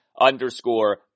underscore